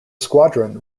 squadron